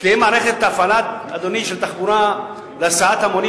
כשתהיה מערכת של הפעלה של תחבורה להסעת המונים